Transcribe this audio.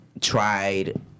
tried